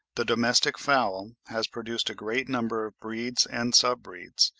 the domestic fowl has produced a great number of breeds and sub-breeds,